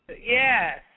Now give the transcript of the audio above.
yes